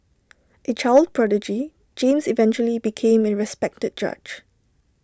A child prodigy James eventually became A respected judge